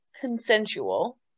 consensual